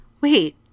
wait